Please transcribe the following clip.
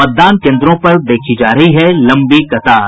मतदान केन्द्रों पर देखी जा रही है लंबी कतार